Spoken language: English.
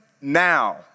now